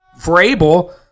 Vrabel